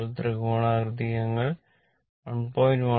ഇപ്പോൾ ത്രികോണാകൃതിക്ക് ഞങ്ങൾ 1